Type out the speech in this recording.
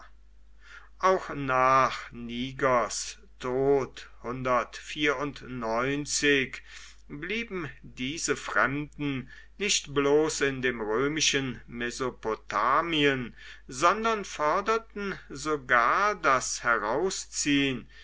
auch nach nigers tod blieben diese fremden nicht bloß in dem römischen mesopotamien sondern forderten sogar das herausziehen